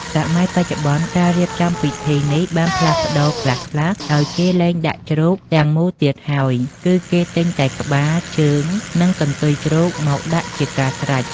សម័យបច្ចុប្បន្ន ការរៀបចំពិធីនេះបានផ្លាស់ប្តូរខ្លះៗ ដោយគេលែងដាក់ជ្រូកទាំងមូលទៀតហើយ គឺគេទិញតែក្បាល ជើង និងកន្ទុយជ្រូកមកដាក់ជាការស្រេច។